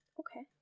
okay